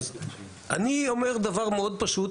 אז אני אומר דבר מאוד פשוט.